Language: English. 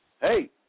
Hey